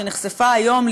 שנחשפה היום,